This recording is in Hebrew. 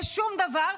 לשום דבר.